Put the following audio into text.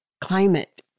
climate